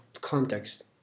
context